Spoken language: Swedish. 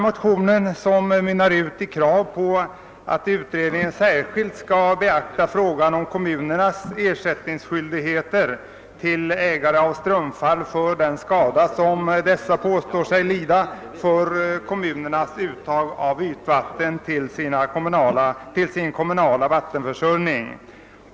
Motionen mynnar ut i krav på att utredningen särskilt skall beakta frågan om kommunernas skyldighet att ersätta ägare av strömfall för den skada som ägarna påstår sig lida av kommunernas uttag av ytvatten till sin vattenförsörjning.